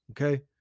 okay